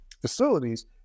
facilities